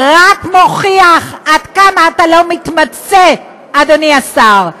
רק מוכיח עד כמה אתה לא מתמצא, אדוני השר.